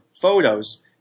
Photos